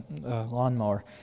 lawnmower